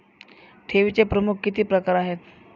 ठेवीचे प्रमुख किती प्रकार आहेत?